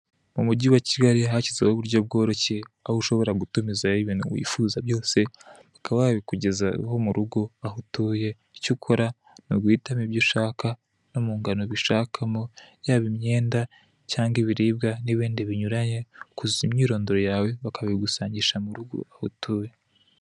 Mugi wa Kigali hashyizweho uburyo bworoshye aho ushobora gutumizaho ibintu wifuza byose bakaba babikugezaho mu rugo aho utuye, icyo ukora ni uguhitamo ibyo ushaka no mu ngano ubishakamo, yaba imyenda, cyangwa ibiribwa, n'ibindi binyuranye, ukuzuza imyirondoro yawe bakabigusangisha aho utuye.